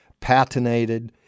patinated